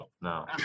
No